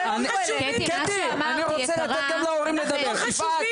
עשית קריירה שלמה על מה שאמר לך יואב קיש,